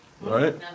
Right